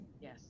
Yes